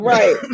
Right